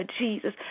Jesus